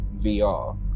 VR